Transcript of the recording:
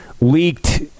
Leaked